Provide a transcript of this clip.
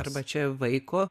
arba čia vaiko